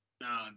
No